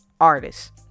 artists